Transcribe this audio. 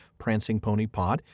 prancingponypod